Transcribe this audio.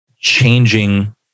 changing